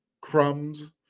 crumbs